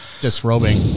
disrobing